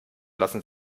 lassen